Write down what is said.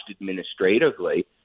administratively